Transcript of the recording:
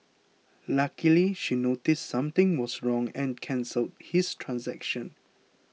luckily she noticed something was wrong and cancelled his transaction